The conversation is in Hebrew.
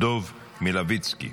דב מלביצקי.